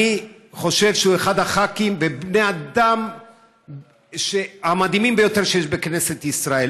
אני חושב שהוא אחד הח"כים ובני האדם המדהימים ביותר שיש בכנסת ישראל.